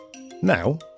Now